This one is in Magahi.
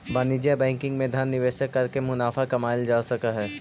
वाणिज्यिक बैंकिंग में धन निवेश करके मुनाफा कमाएल जा सकऽ हइ